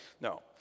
No